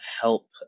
help